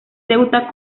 ceuta